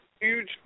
huge